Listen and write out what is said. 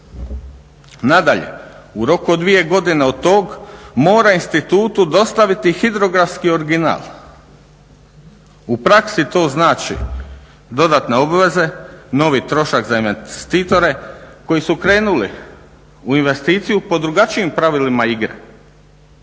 Nadalje, u roku od dvije godine od tog mora institutu dostaviti hidrografski original. U praksi to znači dodatne obveze, novi trošak za investitore koji su krenuli u investiciju pod drugačijim pravilima igre.